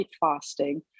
fasting